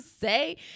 say